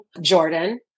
Jordan